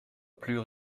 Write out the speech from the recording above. plus